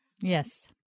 Yes